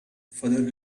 father